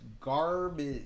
garbage